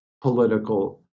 political